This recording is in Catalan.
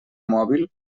mòbil